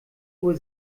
uhr